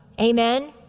Amen